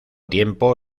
tiempo